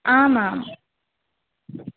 आमाम्